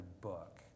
book